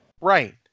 Right